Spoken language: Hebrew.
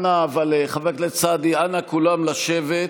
אנא, חבר הכנסת סעדי, כולם לשבת.